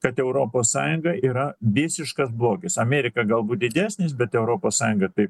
kad europos sąjunga yra visiškas blogis amerika galbūt didesnis bet europos sąjunga tai